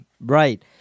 Right